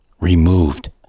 Removed